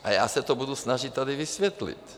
A já se to budu snažit tady vysvětlit.